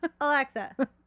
Alexa